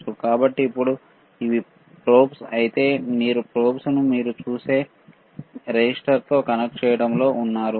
కాబట్టి ఇప్పుడు ఇవి ప్రోబ్స్ అయితే మీరు ఈ ప్రోబ్ను మీరు చూసే రెసిస్టర్తో కనెక్ట్ చేస్తున్నాడు